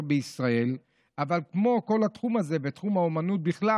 בישראל אבל כמו כל התחום הזה ותחום האומנות בכלל,